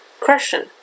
Question